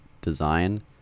design